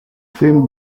same